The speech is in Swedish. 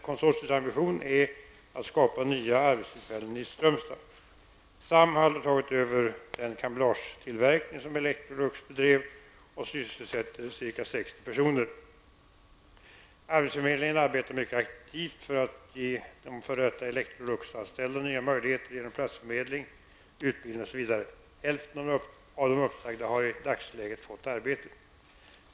Konsortiets ambition är att skapa nya arbetstillfällen i Arbetsförmedlingen arbetar mycket aktivt för att ge de f.d. electroluxanställda nya möjligheter genom platsförmedling, utbildning osv. Hälften av de uppsagda har i dagsläget fått arbete.